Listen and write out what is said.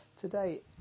today